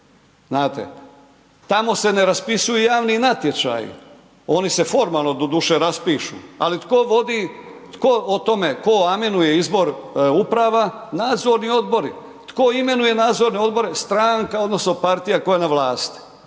znate, tamo se ne raspisuju javni natječaji, oni se formalno doduše raspišu, ali tko vodi, tko o tome, tko amenuje izbor uprava, nadzorni odbori. Tko imenuje nadzorne odbore? Stranka odnosno partija koja je na vlasti.